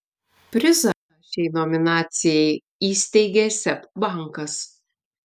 prizą šiai nominacijai įsteigė seb bankas